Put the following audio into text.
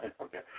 Okay